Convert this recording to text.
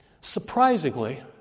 Surprisingly